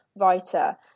writer